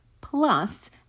plus